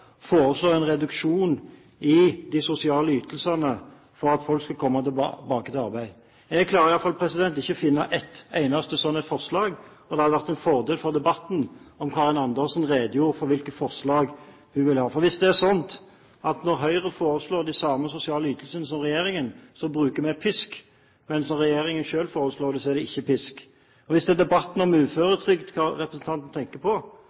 foreslår en reduksjon i de sosiale ytelsene for at folk skal komme tilbake til arbeid? Jeg klarer i hvert fall ikke å finne et eneste slikt forslag, og det hadde vært en fordel for debatten om Karin Andersen redegjorde for hvilke forslag det er. Er det sånn at når Høyre foreslår de samme sosiale ytelsene som regjeringen, bruker vi pisk, mens når regjeringen selv foreslår det, er det ikke pisk? Hvis det er debatten om uføretrygd representanten tenker på,